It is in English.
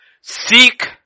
Seek